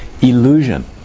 illusion